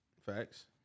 Facts